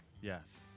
Yes